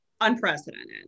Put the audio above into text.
unprecedented